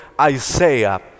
Isaiah